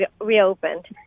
reopened